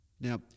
Now